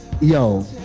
Yo